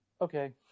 Okay